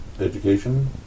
education